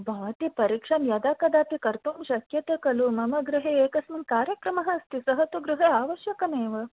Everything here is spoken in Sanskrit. भवती परीक्षां यदाकदापि कर्तुं शक्यते खलु मम गृहे एकस्मिन् कार्यक्रमः अस्ति सः तु गृहे अवश्यकमेव